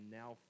now